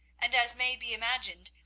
and as may be imagined,